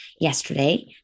yesterday